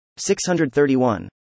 631